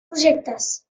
projectes